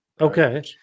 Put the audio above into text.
Okay